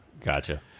Gotcha